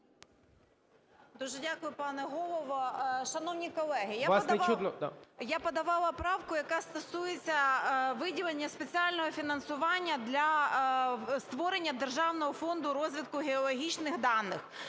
Так. БЄЛЬКОВА О.В. Шановні колеги, я подавала правку, яка стосується виділення спеціального фінансування для створення державного фонду розвитку геологічних даних.